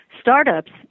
startups